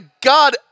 God